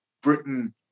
Britain